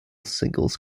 singles